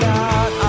God